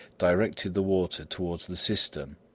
directed the water towards the cistern,